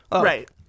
right